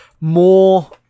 more